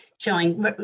showing